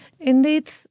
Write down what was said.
Indeed